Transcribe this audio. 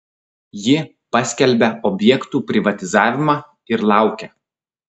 ji paskelbia objektų privatizavimą ir laukia